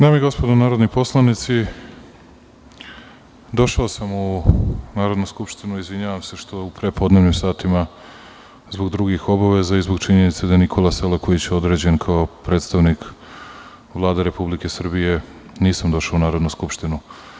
Dame i gospodo narodni poslanici, došao sam u Narodnu skupštinu i izvinjavam se što u prepodnevnim satima zbog drugih obaveza i zbog činjenice da je Nikola Selaković određen kao predstavnik Vlade Republike Srbije, nisam došao u Narodnu skupštinu.